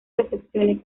recepciones